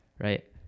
right